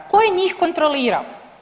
Tko je njih kontrolirao?